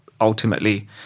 ultimately